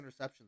interceptions